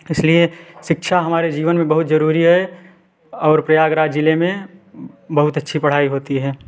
इसलिए शिक्षा हमारे जीवन मे बहुत जरूरी है और प्रयागराज जिले में बहुत अच्छी पढ़ाई होती है